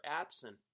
absent